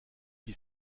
qui